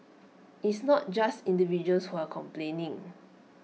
it's not just individuals who are complaining